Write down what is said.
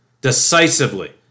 decisively